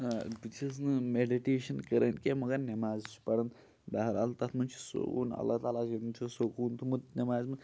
بہٕ چھُس نہٕ میڈِٹیشَن کَران کینٛہہ مگر نٮ۪ماز چھُس پَران بہرحال تَتھ منٛز چھِ سکوٗن اللہ تعالیٰ ییٚم چھِ سکوٗن تھوٚومُت نٮ۪مازِ منٛز